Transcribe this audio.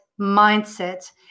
mindset